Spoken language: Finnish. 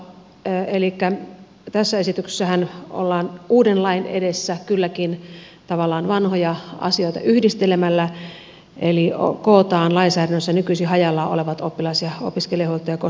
elikkä tässä esityksessähän ollaan uuden lain edessä kylläkin tavallaan vanhoja asioita yhdistelemällä eli kootaan lainsäädännössä nykyisin hajallaan olevat oppilas ja opiskelijahuoltoa koskevat säännökset